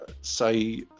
say